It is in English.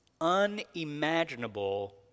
unimaginable